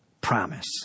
Promise